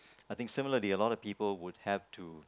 I think similarly I think a lot of people would have to